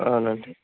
అవునండి